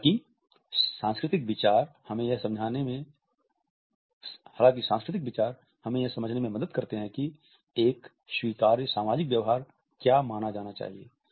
हालाँकि सांस्कृतिक विचार हमें यह समझने में मदद करते हैं कि एक स्वीकार्य सामाजिक व्यवहार क्या माना जाना चाहिए